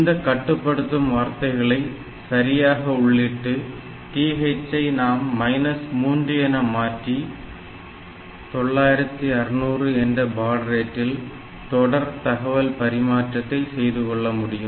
இந்த கட்டுப்படுத்தும் வார்த்தைகளை சரியாக உள்ளிட்டு TH ஐ நாம் மைனஸ் 3 என மாற்றி 9600 என்ற பாட் ரேட்ட்டில் தொடர் தகவல் பரிமாற்றத்தை செய்துகொள்ள முடியும்